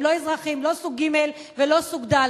הם לא אזרחים סוג ג' ולא סוג ד'.